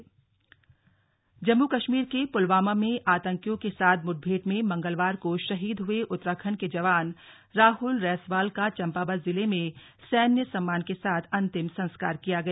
शहीद अंतयेष्टि जम्मू कश्मीर के पुलवामा में आतंकियों के साथ मुड़भेड़ में मंगलवार को शहीद हुए उत्तराखंड के जवान राहल रैंसवाल का चंपावत जिले में सैन्य सम्मान के साथ अंतिम संस्कार किया गया